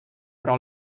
però